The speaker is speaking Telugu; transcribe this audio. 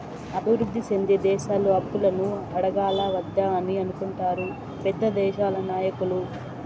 అభివృద్ధి సెందే దేశాలు అప్పులను అడగాలా వద్దా అని అనుకుంటారు పెద్ద దేశాల నాయకులు